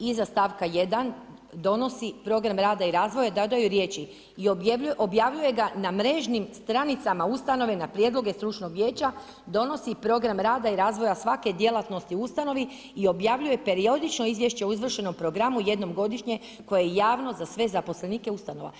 iza stavka 1 donosi program rada i razvoja dodaju riječi: I objavljuje ga na mrežnim stranicama ustanove na prijedloge stručnog vijeća donosi program rada i razvoja svake djelatnosti ustanovi i objavljuje periodično izvješće o izvršenom programu jednom godišnje koje je javno za sve zaposlenike ustanova.